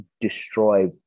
destroy